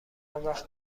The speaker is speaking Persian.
وقت